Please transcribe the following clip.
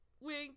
Wink